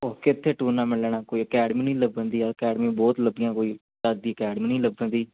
ਉਹ ਕਿੱਥੇ ਟੂਰਨਾਮੈਂਟ ਲੈਣਾ ਕੋਈ ਅਕੈਡਮੀ ਨਹੀਂ ਲੱਭਣ ਦੀ ਆ ਅਕੈਡਮੀ ਬਹੁਤ ਲੱਭੀਆਂ ਕੋਈ ਚੱਜ ਦੀ ਅਕੈਡਮੀ ਨਹੀਂ ਲੱਭਣ ਦੀ